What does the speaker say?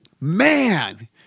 man